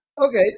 Okay